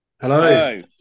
Hello